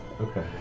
Okay